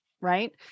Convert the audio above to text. right